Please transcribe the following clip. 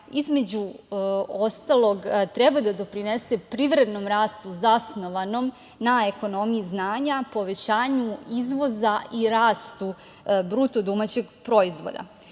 između ostalog, treba da doprinese privrednom rastu zasnovanom na ekonomiji znanja, povećanju izvoza i rastu BDP. Start-ap